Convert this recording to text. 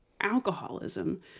alcoholism